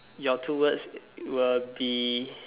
your two words will be